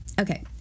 Okay